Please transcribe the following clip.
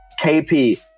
KP